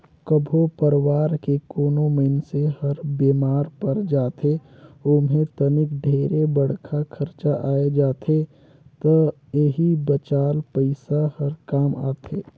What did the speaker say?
कभो परवार के कोनो मइनसे हर बेमार पर जाथे ओम्हे तनिक ढेरे बड़खा खरचा आये जाथे त एही बचाल पइसा हर काम आथे